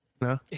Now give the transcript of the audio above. No